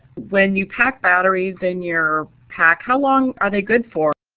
when you pack batteries in your pack, how long are they good for,